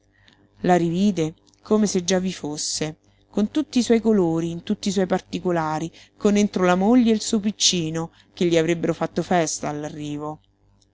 la rivide come se già vi fosse con tutti i suoi colori in tutti i suoi particolari con entro la moglie e il suo piccino che gli avrebbero fatto festa